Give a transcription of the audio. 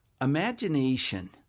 Imagination